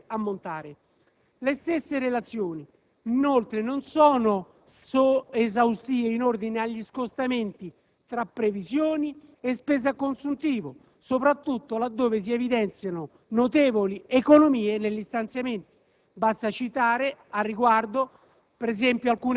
che transitano per il bilancio) di rilevante ammontare. Le stesse relazioni, inoltre, non sono esaustive in ordine agli scostamenti tra previsioni e spese a consuntivo, soprattutto laddove si evidenziano notevoli «economie» sugli stanziamenti.